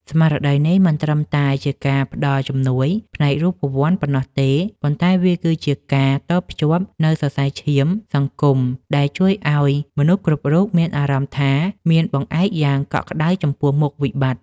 ស្មារតីនេះមិនត្រឹមតែជាការផ្ដល់ជំនួយផ្នែករូបវន្តប៉ុណ្ណោះទេ ប៉ុន្តែវាគឺជាការតភ្ជាប់នូវសរសៃឈាមសង្គមដែលជួយឱ្យមនុស្សគ្រប់រូបមានអារម្មណ៍ថាមានបង្អែកយ៉ាងកក់ក្ដៅចំពោះមុខវិបត្តិ។